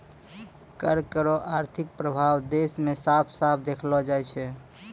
कर रो आर्थिक प्रभाब देस मे साफ साफ देखलो जाय छै